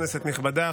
כנסת נכבדה,